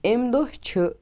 اَمہِ دۄہ چھِ